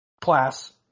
class